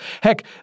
Heck